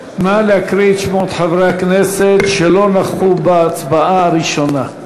להקריא את שמות חברי הכנסת שלא נכחו בהצבעה הראשונה.